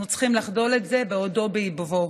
אנחנו צריכים לחדול את זה בעודו באיבו.